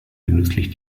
genüsslich